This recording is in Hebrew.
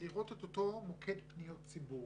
לראות את אותו מוקד פניות ציבור.